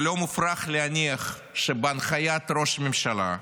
ולא מופרך להניח שבהנחיית ראש ממשלה,